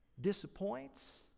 disappoints